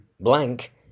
blank